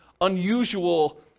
unusual